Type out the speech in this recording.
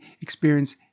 experience